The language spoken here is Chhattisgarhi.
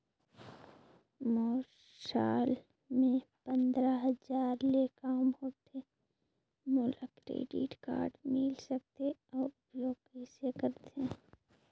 मोर साल मे पंद्रह हजार ले काम होथे मोला क्रेडिट कारड मिल सकथे? अउ उपयोग कइसे करथे?